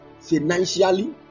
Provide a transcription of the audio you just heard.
financially